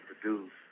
produce